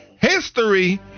history